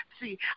See